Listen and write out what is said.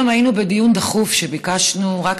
היום היינו בדיון דחוף שביקשנו רק